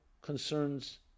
concerns